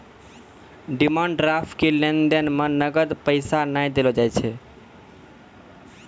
demand draft के लेन देन मे नगद पैसा नै देलो जाय छै